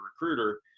recruiter